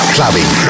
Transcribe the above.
Clubbing